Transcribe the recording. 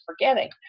forgetting